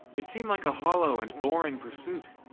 it seemed like a hollow and boring pursuit.